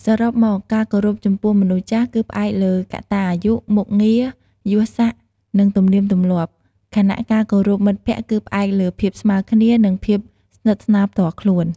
សរុបមក ការគោរពចំពោះមនុស្សចាស់គឺផ្អែកលើ កត្តាអាយុ មុខងារ, យសស័ក្តិ និង ទំនៀមទម្លាប់ ខណៈការគោរពមិត្តភក្តិគឺផ្អែកលើ ភាពស្មើគ្នា និង ភាពស្និទ្ធស្នាលផ្ទាល់ខ្លួន។